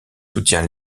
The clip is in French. soutient